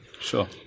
Sure